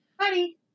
Honey